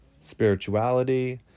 spirituality